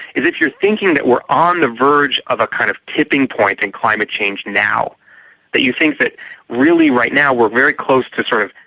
is that you're thinking that we're on the verge of a kind of tipping point in climate change now that you think that really right now we're very close to, sort of,